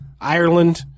Ireland